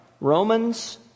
Romans